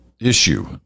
issue